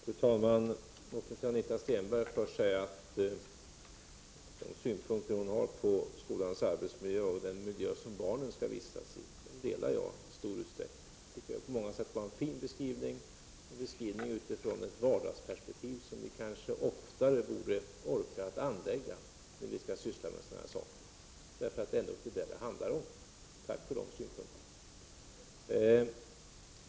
Fru talman! Låt mig till Anita Stenberg först säga att jag i stor utsträckning delar de synpunkter som hon har på skolans arbetsmiljö och den miljö som barnen skall vistas i. Jag tycker att hennes beskrivning på många sätt var fin, en beskrivning utifrån ett vardagsperspektiv som vi kanske oftare borde orka anlägga när vi talar om skolan. Det är ändå detta det handlar om. Tack för dessa synpunkter.